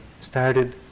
started